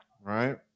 right